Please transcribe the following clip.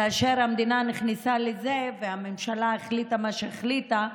כאשר המדינה נכנסה לזה והממשלה החליטה מה שהחליטה,